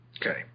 Okay